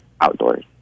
outdoors